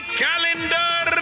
calendar